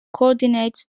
coordinates